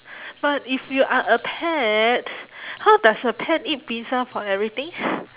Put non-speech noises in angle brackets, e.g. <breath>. <breath> but if you are a pet how does a pet eat pizza for everything